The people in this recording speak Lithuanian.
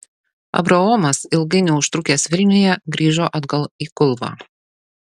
abraomas ilgai neužtrukęs vilniuje grįžo atgal į kulvą